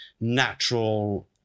natural